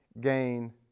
gain